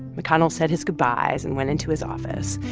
mcconnell said his goodbyes and went into his office.